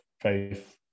faith